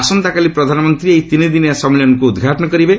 ଆସନ୍ତାକାଲି ପ୍ରଧାନମନ୍ତ୍ରୀ ଏହି ତିନିଦିନିଆ ସମ୍ମିଳନୀକୁ ଉଦ୍ଘାଟନ କରିବେ